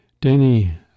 Danny